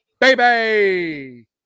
Baby